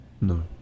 no